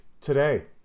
today